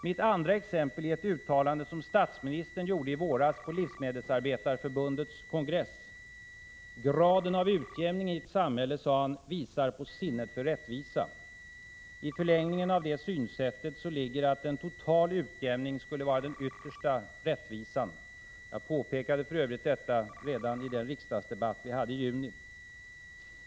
Mitt andra exempel är ett uttalande som statsministern gjorde i våras på Livsmedelsarbetareförbundets kongress. ”Graden av utjämning” i ett samhälle, sade han, ”visar på sinnet för rättvisa.” I förlängningen av det synsättet ligger att en total utjämning skulle vara den yttersta rättvisan. Jag påpekade för övrigt detta redan i den riksdagsdebatt vi hade i juni.